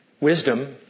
Wisdom